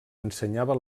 ensenyava